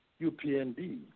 UPNB